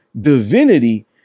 divinity